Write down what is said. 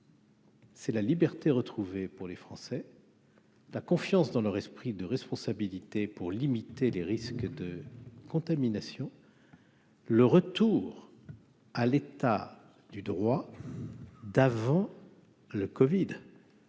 C'est la liberté retrouvée pour les Français. La confiance dans leur esprit de responsabilité pour limiter les risques de contamination. Le retour à l'état du droit d'avant le Covid